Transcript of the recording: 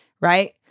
right